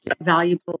valuable